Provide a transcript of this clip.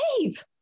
Dave